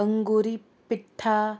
अंगुरी पिठ्ठा